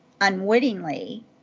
unwittingly